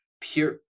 pure